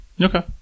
Okay